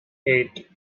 eight